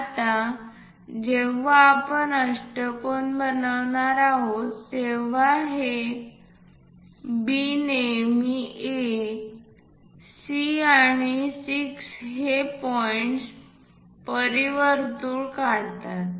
आता जेव्हा आपण अष्टकोन बनवणार आहोत तेव्हा हे B नेहमी A C आणि 6 हे पॉईंट्स परिवर्तुळ काढतात